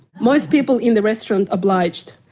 most people in the restaurant obliged.